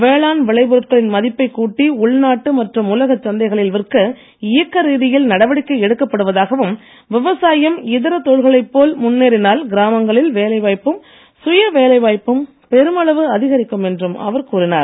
வேளாண் விளை பொருட்களின் மதிப்பை கூட்டி உள்நாட்டு மற்றும் உலக சந்தைகளில் விற்க இயக்க ரீதியில் நடவடிக்கை எடுக்கப்படுவதாகவும் விவசாயம் இதா தொழில்களை போல் முன்னேறினால் கிராமங்களில் வேலை வாய்ப்பும் சுய வேலை வாய்ப்பும் பெருமளவு அதிகரிக்கும் என்றும் அவர் கூறினார்